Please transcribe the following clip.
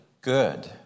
good